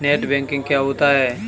Net banking क्या होता है?